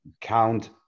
count